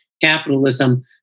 capitalism